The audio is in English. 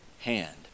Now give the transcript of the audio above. hand